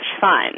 fun